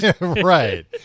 Right